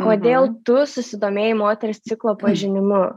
kodėl tu susidomėjai moters ciklo pažinimu